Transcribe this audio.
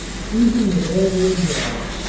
seizing the railway and yards,